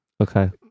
Okay